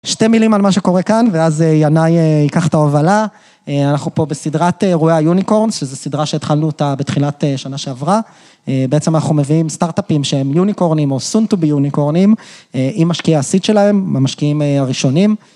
שתי מילים על מה שקורה כאן ואז ינאי ייקח את ההובלה. אנחנו פה בסדרת אירועי היוניקורנס, שזו סדרה שהתחלנו אותה בתחילת שנה שעברה. בעצם אנחנו מביאים סטארט-אפים שהם יוניקורנים או סונטובי יוניקורנים, עם משקיעי הסיט שלהם, עם המשקיעים הראשונים.